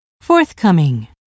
forthcoming